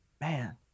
Man